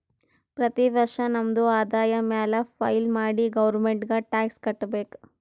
ಪ್ರತಿ ವರ್ಷ ನಮ್ದು ಆದಾಯ ಮ್ಯಾಲ ಫೈಲ್ ಮಾಡಿ ಗೌರ್ಮೆಂಟ್ಗ್ ಟ್ಯಾಕ್ಸ್ ಕಟ್ಬೇಕ್